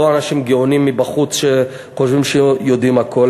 לא אנשים גאונים מבחוץ שחושבים שיודעים הכול,